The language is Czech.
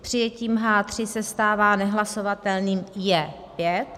Přijetím H3 se stává nehlasovatelným J5.